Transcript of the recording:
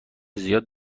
زیاد